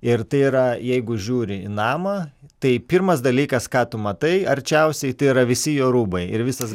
ir tai yra jeigu žiūri į namą tai pirmas dalykas ką tu matai arčiausiai tai yra visi jo rūbai ir visas